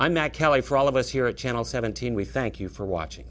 matt kelly for all of us here at channel seventeen we thank you for watching